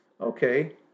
okay